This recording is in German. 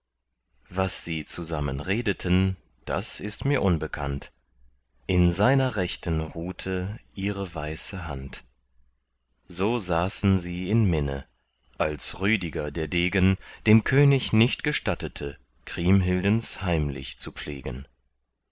was sie zusammen redeten das ist mir unbekannt in seiner rechten ruhte ihre weiße hand so saßen sie in minne als rüdiger der degen dem könig nicht gestattete kriemhildens heimlich zu pflegen